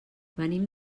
venim